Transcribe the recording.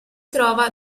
trova